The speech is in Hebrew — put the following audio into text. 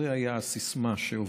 זאת הייתה הסיסמה שהובילה.